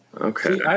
Okay